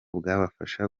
bwabafasha